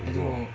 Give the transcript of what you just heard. I don't know